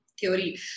theory